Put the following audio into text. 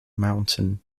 mountain